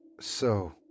So